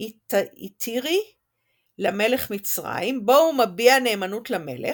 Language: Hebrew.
iatiri למלך מצרים, בו הוא מביע נאמנות למלך,